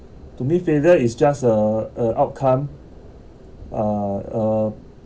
to me failure is just a a outcome uh uh